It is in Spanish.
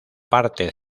parte